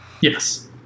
Yes